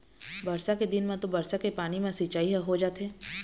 बरसा के दिन म तो बरसा के पानी म सिंचई ह हो जाथे